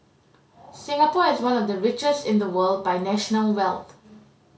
Singapore is one of the richest in the world by national wealth